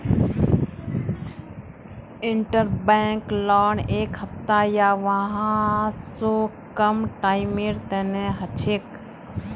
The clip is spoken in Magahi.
इंटरबैंक लोन एक हफ्ता या वहा स कम टाइमेर तने हछेक